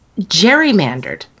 gerrymandered